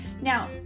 Now